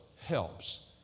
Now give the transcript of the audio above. helps